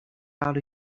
out